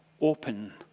open